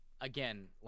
Again